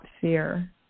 fear